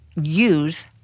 use